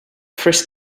frisk